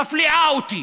מפליאה אותי.